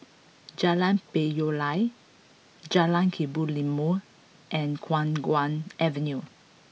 Jalan Payoh Lai Jalan Kebun Limau and Khiang Guan Avenue